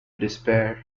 despair